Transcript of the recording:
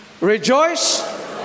Rejoice